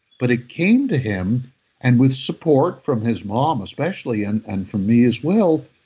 but it came to him and with support from his mom, especially, and and from me as well,